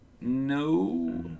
no